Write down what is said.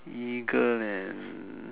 eagle and